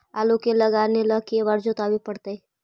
आलू के लगाने ल के बारे जोताबे पड़तै?